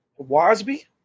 Wasby